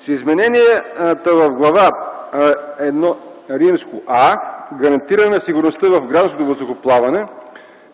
С измененията в Глава Іа „Гарантиране на сигурността в гражданското въздухоплаване”